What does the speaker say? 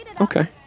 Okay